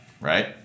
right